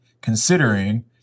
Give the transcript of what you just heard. Considering